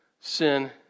Sin